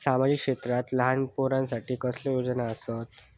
सामाजिक क्षेत्रांत लहान पोरानसाठी कसले योजना आसत?